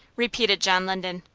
repeated john linden.